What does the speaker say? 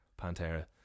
Pantera